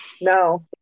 No